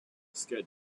schedule